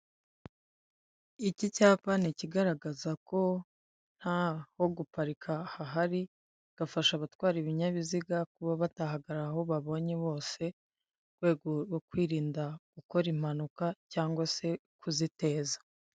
Iki cyapa nikigaragaza ko nta ho guparika hahari bigafasha abatwara ibinyabiziga kuba batahagara aho babonye bose mu rwego rwo kwirinda gukora impanuka cyangwa se kuziteza.